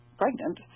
pregnant